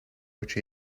which